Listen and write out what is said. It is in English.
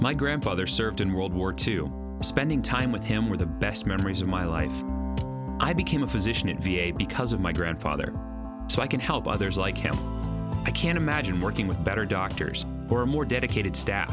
my grandfather served in world war two spending time with him were the best memories of my life i became a physician because of my grandfather so i can help others like him i can't imagine working with better doctors or more dedicated staff